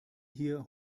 hier